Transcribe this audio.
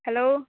hello